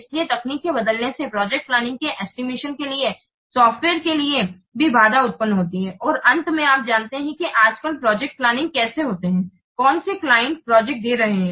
इसलिए तकनीक के बदलने से प्रोजेक्ट प्लानिंग के एस्टिमेशन के लिए सॉफ्टवेयर के लिए भी बाधा उत्पन्न होती है और अंत में आप जानते हैं कि आजकल प्रोजेक्ट प्लानिंग कैसे होते हैं कौन से क्लाइंट प्रोजेक्ट दे रहे है